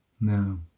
no